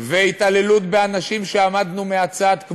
והתעללות באנשים שעמדנו מהצד,